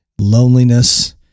loneliness